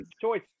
choice